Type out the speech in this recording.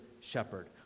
shepherd